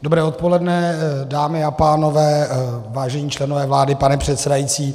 Dobré odpoledne, dámy a pánové, vážení členové vlády, pane předsedající.